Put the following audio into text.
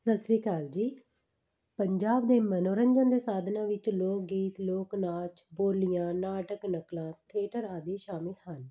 ਸਤਿ ਸ਼੍ਰੀ ਅਕਾਲ ਜੀ ਪੰਜਾਬ ਦੇ ਮਨੋਰੰਜਨ ਦੇ ਸਾਧਨਾਂ ਵਿੱਚ ਲੋਕ ਗੀਤ ਲੋਕ ਨਾਚ ਬੋਲੀਆਂ ਨਾਟਕ ਨਕਲਾਂ ਥੀਏਟਰ ਆਦਿ ਸ਼ਾਮਿਲ ਹਨ